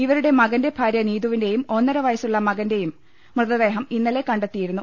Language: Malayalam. ഇവരുടെ മകന്റെ ഭാര്യ നീതുപിന്റെയും ഒന്നരവയസ്സുള്ള മകന്റെയും മൃതദേഹം ഇന്നലെ കണ്ടെത്തിയിരുന്നു